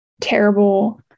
terrible